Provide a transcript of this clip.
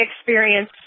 experience